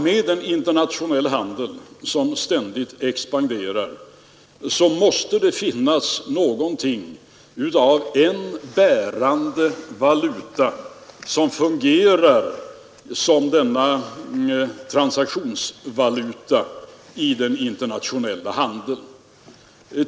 Med en internationell handel som ständigt expanderar måste det finnas en bärande valuta som fungerar som transaktionsvaluta i den internationella handeln.